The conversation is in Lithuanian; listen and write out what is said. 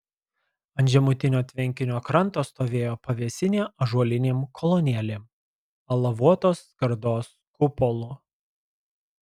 ant žemutinio tvenkinio kranto stovėjo pavėsinė ąžuolinėm kolonėlėm alavuotos skardos kupolu